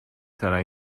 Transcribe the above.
sarà